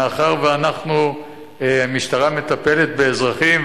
מאחר שהמשטרה מטפלת באזרחים,